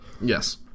Yes